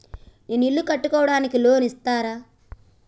నేను ఇల్లు కట్టుకోనికి లోన్ ఇస్తరా?